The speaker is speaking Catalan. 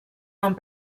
amb